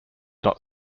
not